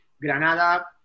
Granada